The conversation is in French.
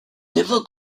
évoque